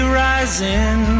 rising